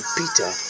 peter